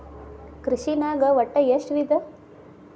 ಕೃಷಿನಾಗ್ ಒಟ್ಟ ಎಷ್ಟ ವಿಧ?